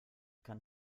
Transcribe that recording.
kann